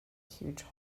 huge